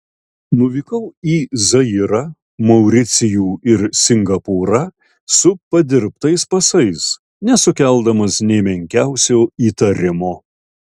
nuvykau į zairą mauricijų ir singapūrą su padirbtais pasais nesukeldamas nė menkiausio įtarimo